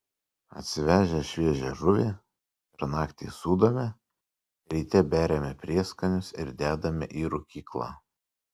atsivežę šviežią žuvį per naktį sūdome ryte beriame prieskonius ir dedame į rūkyklą